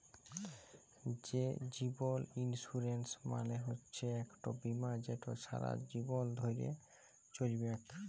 যে জীবল ইলসুরেলস মালে হচ্যে ইকট বিমা যেট ছারা জীবল ধ্যরে চ্যলবেক